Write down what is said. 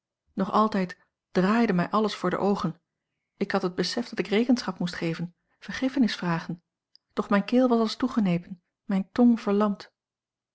nog altijd draaide mij alles voor de oogen ik had het besef dat ik rekenschap moest geven vergiffenis vragen doch mijne keel was als toegenepen mijne tong verlamd